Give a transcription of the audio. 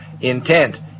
intent